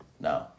No